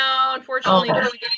unfortunately